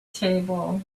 table